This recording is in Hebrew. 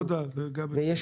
צוות עבודה זה גם אפשרות.